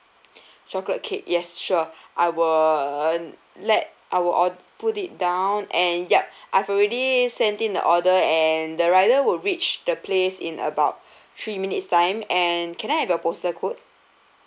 chocolate cake yes sure I will let I will od~ put it down and yup I've already sent in the order and the rider would reach the place in about three minutes time and can I have your postal code